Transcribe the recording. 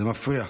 זה מפריע.